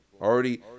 Already